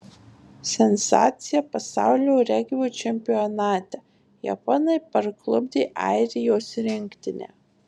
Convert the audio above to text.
sensacija pasaulio regbio čempionate japonai parklupdė airijos rinktinę